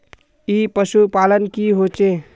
ई पशुपालन की होचे?